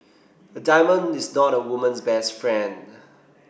a diamond is not a woman's best friend